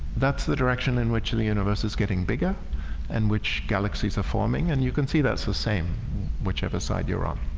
that's the direction in which in the universe is getting bigger and which galaxies are forming and you can see that's the same whichever side you're on